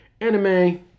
anime